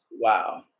wow